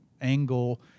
angle